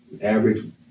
Average